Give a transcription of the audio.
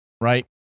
right